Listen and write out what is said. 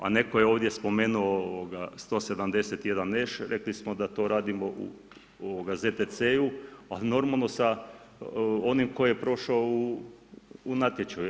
A netko je ovdje spomenuo 171Š, rekli smo da to radimo u ZTC-u a normalno sa onim tko je prošao u natječaju.